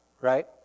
right